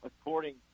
According